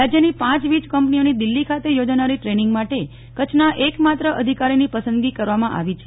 રાજ્યની પાંચ વીજ કંપનીઓની દિલ્હી ખાતે યોજાનારી ટ્રેનિંગ માટે કચ્છના એકમાત્ર અધિકારીની પસંદગી કરવામાં આવી છે